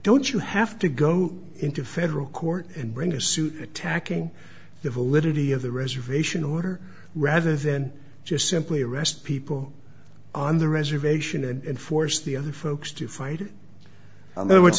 don't you have to go into federal court and bring a suit attacking the validity of the reservation order rather than just simply arrest people on the reservation and force the other folks to fight on the